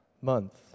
month